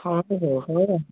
ହଉ ହଉ ହଉ